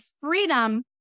freedom